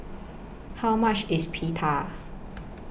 How much IS Pita